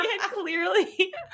clearly